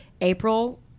April